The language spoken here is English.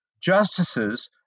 Justices